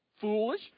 foolish